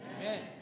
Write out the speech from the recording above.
Amen